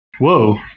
Whoa